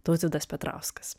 tautvydas petrauskas